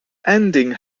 ending